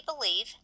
believe